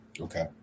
Okay